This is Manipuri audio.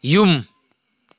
ꯌꯨꯝ